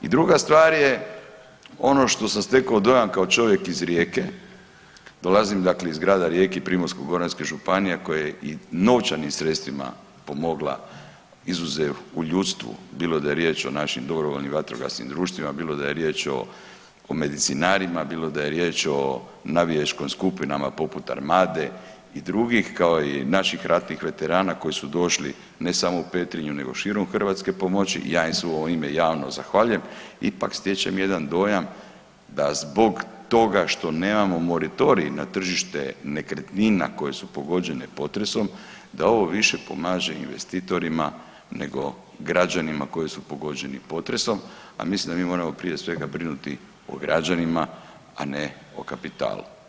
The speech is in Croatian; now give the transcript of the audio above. I druga stvar je ono što sam stekao dojam kao čovjek iz Rijeke, dolazim iz grada Rijeke i Primorsko-goranske županije koja i novčanim sredstvima pomogla izuzev u ljudstvu, bilo da je riječ o našim dobrovoljnim vatrogasnim društvima, bilo da je riječ o medicinarima, bilo da je riječ o navijačkim skupinama poput Armade i drugih kao i naših ratnih veterana koji su došli ne samo u Petrinju nego širom Hrvatske pomoći, ja im se u svoje ime javno zahvaljujem, ipak stječem jedan dojam da zbog toga što nemamo moratorij na tržište nekretnina koje su pogođene potresom, da ovo više pomaže investitorima nego građanima koji su pogođeni potresom, a mislim da mi moramo prije svega brinuti o građanima, a ne o kapitalu.